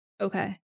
Okay